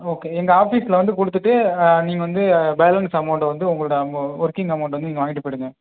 okay எங்கள் ஆஃபிஸ்ஸில் வந்து கொடுத்துட்டு நீங்கள் வந்து பேலன்ஸ் அமௌண்ட்டை வந்து உங்களோடய உங்கள் ஒர்கிங் அமௌண்ட்டை வந்து நீங்கள் வாங்கிட்டு போயிடுங்க